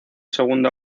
segundo